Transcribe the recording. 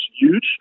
huge